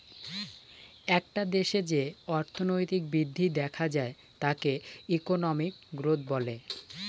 একটা দেশে যে অর্থনৈতিক বৃদ্ধি দেখা যায় তাকে ইকোনমিক গ্রোথ বলে